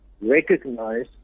recognize